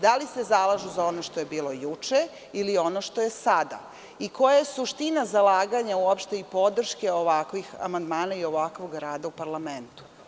Da li se zalažu za ono što je bilo juče ili ono što je sada i koja je suština zalaganja uopšte i podrške ovakvih amandmana i ovakvog rada u parlamentu.